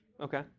Okay